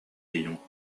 ayant